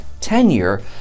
tenure